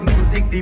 Music